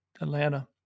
Atlanta